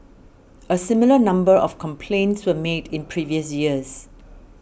a similar number of complaints were made in previous years